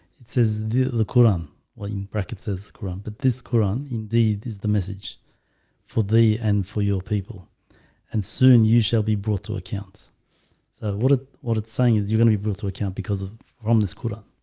it says the the quran well like in brackets as quran, but this quran indeed is the message for the and for your people and soon you shall be brought to account so what it what it's saying is you're gonna be brought to account because of romney's kula.